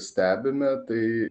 stebime tai